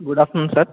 good afternoon sir